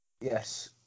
Yes